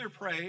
pray